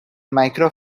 mirco